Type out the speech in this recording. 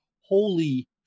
holy